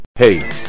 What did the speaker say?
Hey